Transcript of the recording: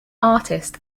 artist